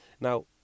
Now